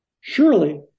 Surely